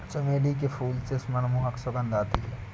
चमेली के फूल से मनमोहक सुगंध आती है